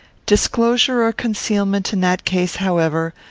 disclosure or concealment in that case, however,